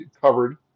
covered